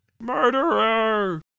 murderer